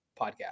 podcast